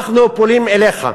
אנחנו פונים אליך,